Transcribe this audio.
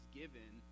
given